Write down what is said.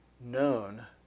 known